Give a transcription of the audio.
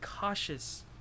cautious